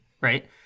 right